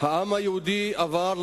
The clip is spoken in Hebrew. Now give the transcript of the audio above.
העם היהודי עבר,